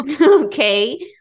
Okay